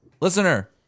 Listener